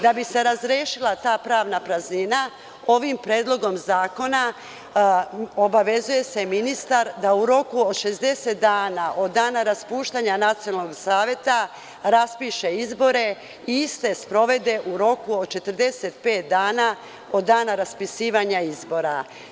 Da bi se razrešila ta pravna praznina, ovim predlogom zakona obavezuje se ministar da u roku od 60 dana od dana raspuštanja nacionalnog saveta raspiše izbore i iste sprovede u roku od 45 dana od dana raspisivanja izbora.